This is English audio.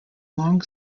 long